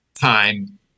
time